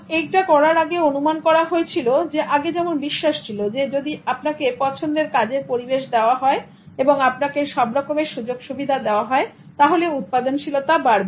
এটা করার আগে অনুমান করা হয়েছিল আগে যেমন বিশ্বাস ছিল যে যদি আপনাকে পছন্দের কাজের পরিবেশ দেওয়া হয় বা যদি আপনাকে সব রকমের সুযোগ সুবিধা দেওয়া হয় তাহলে উৎপাদনশীলতা বাড়বে